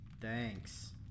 Thanks